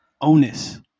onus